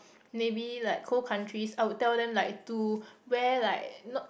maybe like cold countries I would tell them like to wear like not